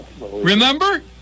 Remember